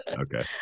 Okay